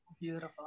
Beautiful